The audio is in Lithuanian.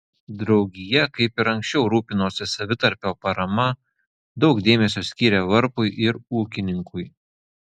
draugija kaip ir anksčiau rūpinosi savitarpio parama daug dėmesio skyrė varpui ir ūkininkui